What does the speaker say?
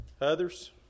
Others